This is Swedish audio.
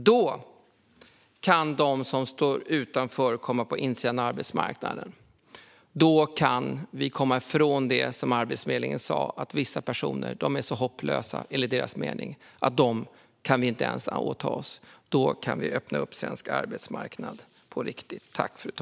Då kan de som står utanför arbetsmarknaden komma in. Då kan vi komma ifrån det som Arbetsförmedlingen sa om att vissa personer är så hopplösa enligt deras mening att de inte ens kan åta sig att hjälpa dem. Då kan vi öppna upp svensk arbetsmarknad på riktigt.